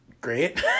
great